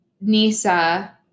Nisa